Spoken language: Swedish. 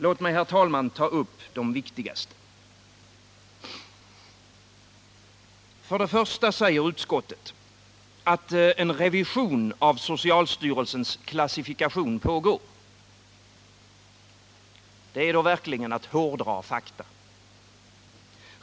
Låt mig, herr talman, ta upp de viktigaste. För det första säger utskottet att en revision av socialstyrelsens klassifikation pågår. Det är verkligen att hårdra fakta.